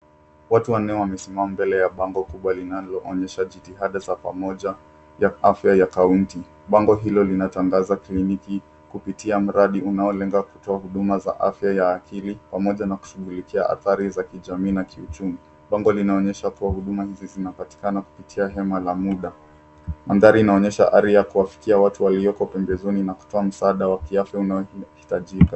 Watu wanne wamesimama mbele ya bango kubwa linaloonyesha jitihada za pamoja ya afya ya kaunti. Bango hilo linatangaza kliniki kupita mradi unaolenga kutoa huduma za afya ya akili pamoja na kushughulikia athari za kijamii na kiuchumi. Bango linaonyesha kuwa huduma hizi zinapatikana kupitia hema la muda. Mandhari inaonyesha ari ya kuwafikia watu walioko pembezoni na kutoa msaada wa kiafya unaohitajika.